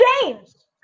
James